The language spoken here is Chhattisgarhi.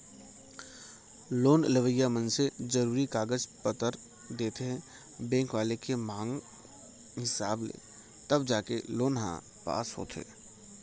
लोन लेवइया मनसे जरुरी कागज पतर देथे बेंक वाले के मांग हिसाब ले तब जाके लोन ह पास होथे